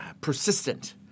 persistent